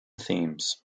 themes